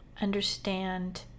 understand